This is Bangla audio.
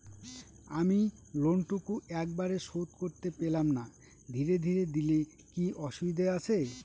আমি লোনটুকু একবারে শোধ করতে পেলাম না ধীরে ধীরে দিলে কি অসুবিধে আছে?